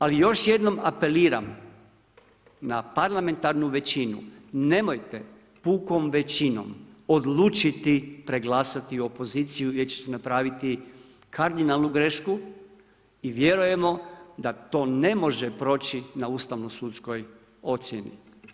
Ali još jednom apeliram na parlamentarnu većinu, nemojte pukom većinom odlučiti preglasati opoziciju jer ćete napraviti kardinalnu grešku i vjerujemo da to ne može proći na ustavno-sudskoj ocjeni.